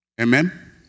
Amen